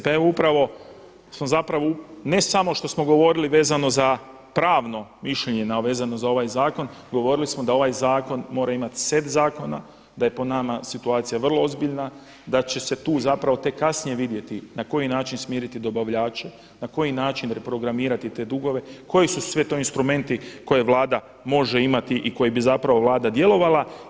Pa evo upravo smo zapravo ne samo što smo govorili vezano za pravno mišljenje vezano za ovaj zakon govorili smo da ovaj zakon mora imati set zakona, da je po nama situacija vrlo ozbiljna, da će se tu zapravo tek kasnije vidjeti na koji način smiriti dobavljače, na koji način reprogramirati te dugove, koji su to sve instrumenti koje Vlada može imati i koji bi zapravo Vlada djelovala.